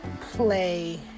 play